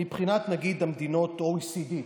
נגיד מבחינת מדינות ה-OECD.